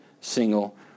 single